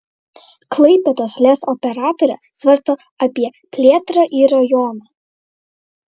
klaipėdos lez operatorė svarsto apie plėtrą į rajoną